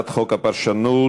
חוק הפרשנות